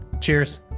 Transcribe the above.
Cheers